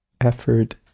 effort